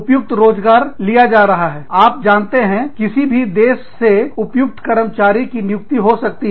उपयुक्त रोज़गार लिया जा सकता है आप जानते हैं किसी भी देश से उपयुक्त कर्मचारियों की नियुक्ति हो सकती है